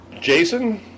Jason